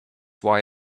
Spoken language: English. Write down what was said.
why